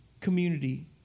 community